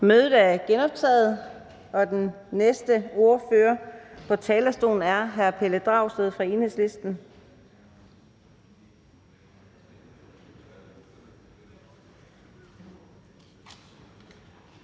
Mødet er genoptaget. Den næste ordfører på talerstolen er hr. Pelle Dragsted fra Enhedslisten.